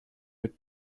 mit